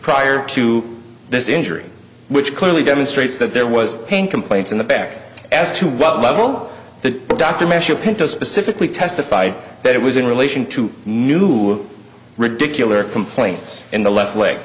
prior to this injury which clearly demonstrates that there was pain complaints in the back as to what level the doctor measured pinta specifically testified that it was in relation to new ridiculous complaints in the left leg